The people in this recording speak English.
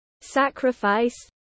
sacrifice